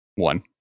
one